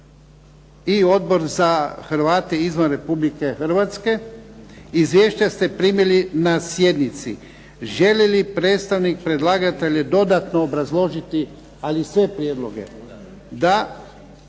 i Odbor za Hrvate izvan Republike Hrvatske. Izvješća ste primili na sjednici. Želi li predstavnik predlagatelja obrazložiti ali sve prijedloge? Da.